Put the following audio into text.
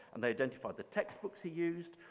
and they identified the textbooks he used.